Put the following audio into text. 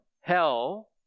Hell